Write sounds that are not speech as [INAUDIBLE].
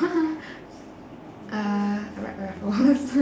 [LAUGHS] uh ra~ raffles